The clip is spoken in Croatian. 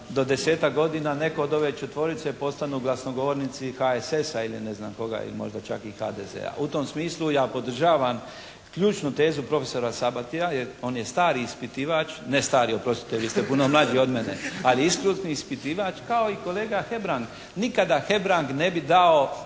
do desetak godina netko od ove četvorice postanu glasnogovornici HSS-a ili ne znam koga ili možda čak i HDZ-a. U tom smislu ja podržavam ključnu tezu profesora Sabatija, jer on je stari ispitivač, ne stari, oprostite, vi ste puno mlađi od mene, ali iskusni ispitivač kao i kolega Hebrang. Nikada Hebrang ne bi dao